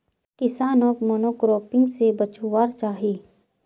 किसानोक मोनोक्रॉपिंग से बचवार चाही